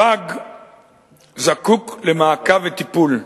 הפג זקוק למעקב וטיפול.